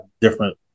different